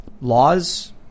laws